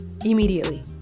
immediately